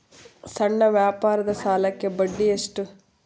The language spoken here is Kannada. ಸಣ್ಣ ವ್ಯಾಪಾರದ ಸಾಲಕ್ಕೆ ಬಡ್ಡಿ ಎಷ್ಟು?